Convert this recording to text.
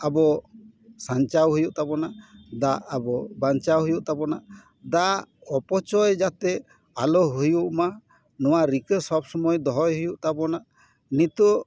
ᱟᱵᱚ ᱥᱟᱧᱪᱟᱣ ᱦᱩᱭᱩᱜ ᱛᱟᱵᱚᱱᱟ ᱫᱟᱜ ᱟᱵᱚ ᱵᱟᱧᱪᱟᱣ ᱦᱩᱭᱩᱜ ᱛᱟᱵᱚᱱᱟ ᱫᱟᱜ ᱚᱯᱚᱪᱚᱭ ᱡᱟᱛᱮ ᱟᱞᱚ ᱦᱩᱭᱩᱜ ᱢᱟ ᱱᱚᱣᱟ ᱨᱤᱠᱟᱹ ᱥᱚᱵᱽ ᱥᱚᱢᱚᱭ ᱫᱚᱦᱚᱭ ᱦᱩᱭᱩᱜ ᱛᱟᱵᱚᱱᱟ ᱱᱤᱛᱳᱜ